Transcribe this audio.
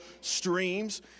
streams